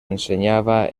ensenyava